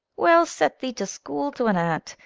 we'll set thee to school to an ant,